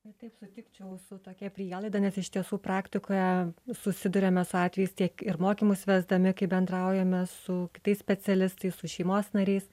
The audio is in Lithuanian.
na taip sutikčiau su tokia prielaida nes iš tiesų praktikoje susiduriame su atvejais tiek ir mokymus vesdami kai bendraujame su kitais specialistais su šeimos nariais